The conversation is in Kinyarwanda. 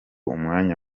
umwanya